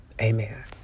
Amen